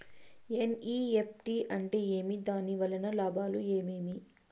NEFT అంటే ఏమి? దాని వలన లాభాలు ఏమేమి